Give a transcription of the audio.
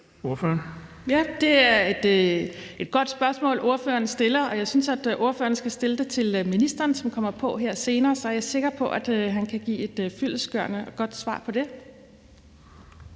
(S): Det er et godt spørgsmål, fru Theresa Scavenius stiller, og jeg synes, at hun skal stille det til ministeren, som kommer på her senere, og så er jeg sikker på, at han kan give et fyldestgørende og godt svar på det.